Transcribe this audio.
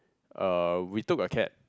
uh we took a cab